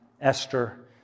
Esther